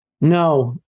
No